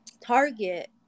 Target